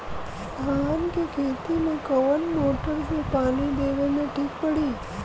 धान के खेती मे कवन मोटर से पानी देवे मे ठीक पड़ी?